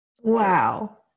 Wow